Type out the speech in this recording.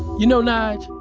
you know, nige,